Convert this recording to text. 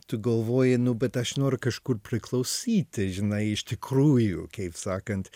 tu galvoji nu bet aš noriu kažkur priklausyti žinai iš tikrųjų kaip sakant